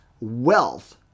wealth